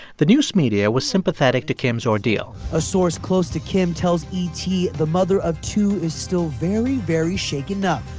the news media was sympathetic to kim's ordeal a source close to kim tells et the mother of two is still very, very shaken up,